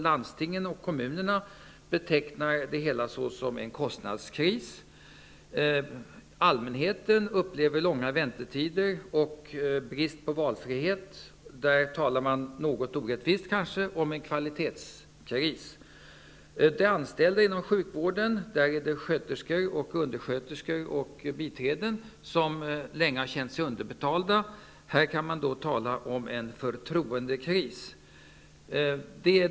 Landstingen och kommunerna betecknar det som en kostnadskris. Allmänheten upplever långa väntetider och brist på valfrihet. Man talar -- kanske något orättvist -- om en kvalitetskris. Anställda inom sjukvården -- sköterskor, undersköterskor och biträden -- har länge känt sig underbetalda. Här kan man tala om en förtroendekris.